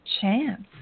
chance